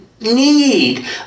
need